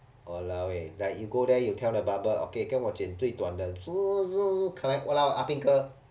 !walao! eh like you go there you tell the barber okay 跟我剪最短的 !walao! 阿兵哥